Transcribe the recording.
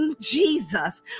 Jesus